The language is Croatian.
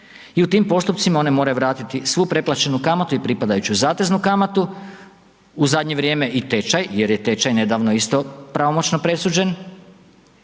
i u tim postupcima one moraju vratiti svu preplaćenu kamatu i pripadajuću zateznu kamatu, u zadnje vrijeme i tečaj jer je tečaj nedavno isto pravomoćno presuđen,